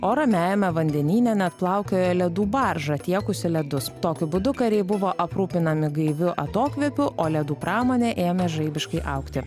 o ramiajame vandenyne net plaukiojo ledų barža tiekusi ledus tokiu būdu kariai buvo aprūpinami gaiviu atokvėpiu o ledų pramonė ėmė žaibiškai augti